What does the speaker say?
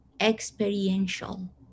experiential